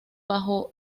bajo